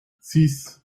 six